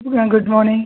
good ah good morning